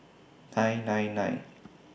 nine nine nine